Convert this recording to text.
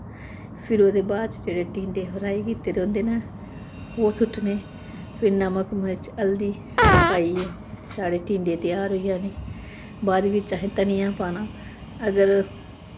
फिर ओह्दे बाद जेह्ड़े टींडे फ्राई कीते दे होंदे न ओह् सु'ट्टने फ्ही नमक मिर्च हल्दी पाइयै साढ़े टींडे त्यार होई जाने बाद बिच्च असें धनियां पाना अगर